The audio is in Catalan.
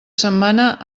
setmana